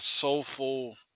soulful